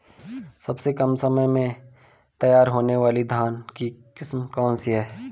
सबसे कम समय में तैयार होने वाली धान की किस्म कौन सी है?